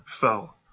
fell